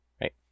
Right